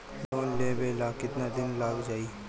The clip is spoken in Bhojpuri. लोन लेबे ला कितना दिन लाग जाई?